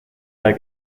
herr